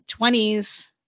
20s